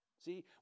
See